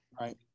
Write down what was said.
Right